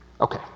Okay